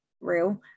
real